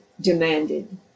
demanded